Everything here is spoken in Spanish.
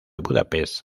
budapest